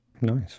nice